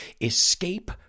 escape